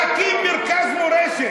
שלא ייתנו לערבים להקים מרכז מורשת.